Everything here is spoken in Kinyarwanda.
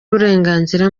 uburenganzira